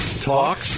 talk